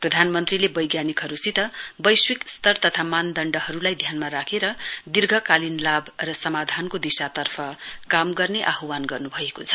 प्रधानमन्त्रीले वैज्ञानिकहरूसित वैश्विक स्तर तथा मानदण्डहरूलाई ध्यानमा राखेर दीर्घकालीन लाभ र समाधानको दिशातर्फ काम गर्ने आह्वान गर्नु भएको छ